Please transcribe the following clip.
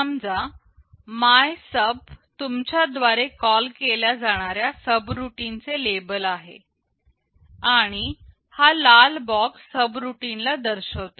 समजा MYSUB तुमच्या द्वारे कॉल केल्या जाणाऱ्या सबरूटीन चे लेबल आहे आणि हा लाल बॉक्स सबरूटीन ला दर्शवतो